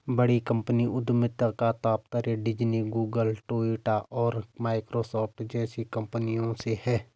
बड़ी कंपनी उद्यमिता का तात्पर्य डिज्नी, गूगल, टोयोटा और माइक्रोसॉफ्ट जैसी कंपनियों से है